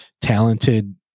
talented